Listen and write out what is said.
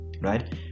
Right